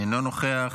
אינו נוכח,